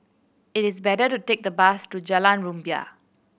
it is better to take the bus to Jalan Rumbia